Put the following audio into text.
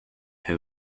who